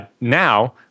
Now